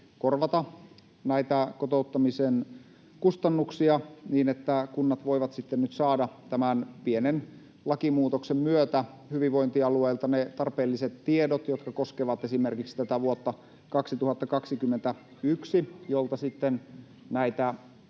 korvata näitä kotouttamisen kustannuksia, niin kunnat voivat nyt sitten saada tämän pienen lakimuutoksen myötä hyvinvointialueilta ne tarpeelliset tiedot, jotka koskevat esimerkiksi tätä vuotta 2021, jolta näitä